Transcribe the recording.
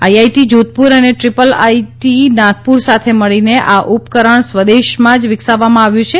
IIT Jodhpur અને triple IT Nagpur સાથે મળીને આ ઉપકરણ સ્વદેશમાં જ વિકસાવવામાં આવ્યું છે